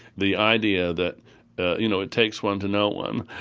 the idea that you know it takes one to know one,